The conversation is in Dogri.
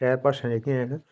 त्रै भाषां जेहकियां हैन